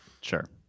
sure